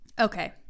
Okay